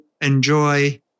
enjoy